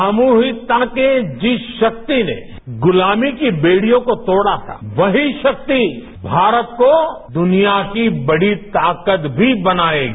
सामूहिकता के जिस शक्ति ने गुलामी की बेडियों को तोड़ा था वही शक्ति भारत को दुनिया की बड़ी ताकत भी बनायेगी